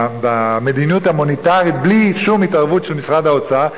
במדיניות המוניטרית בלי שום התערבות של משרד האוצר,